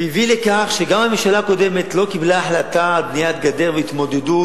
והביא לכך שגם הממשלה הקודמת לא קיבלה החלטה על בניית גדר והתמודדות